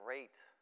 Great